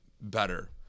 better